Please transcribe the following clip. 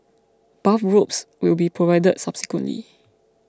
bathrobes will be provided subsequently